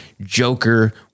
Joker